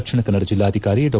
ದಕ್ಷಿಣ ಕನ್ನಡ ಜಿಲ್ಲಾಧಿಕಾರಿ ಡಾ